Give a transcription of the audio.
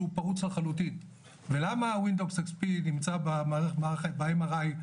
פרוץ לחלוטין ולמה WINDOWS XP נמצא במערכת ב- MRI,